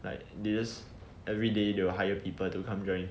like they just everyday they will hire people to come join